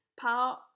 power